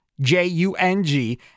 J-U-N-G